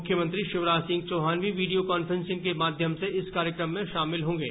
मुख्यमंत्री शिवराज सिंह चौहान भी video conferencing के माध्यम से इस कार्यक्रम में भाग लेंगे